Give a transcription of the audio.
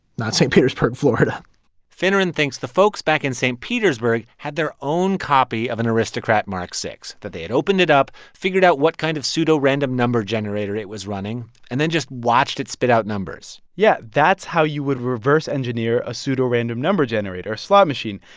not st. petersburg, fla and finneran thinks the folks back in st. petersburg had their own copy of an aristocrat mark iv, that they had opened it up, figured out what kind of pseudorandom number generator it was running, and then just watched it spit out numbers yeah. that's how you would reverse engineer a pseudorandom number generator slot machine.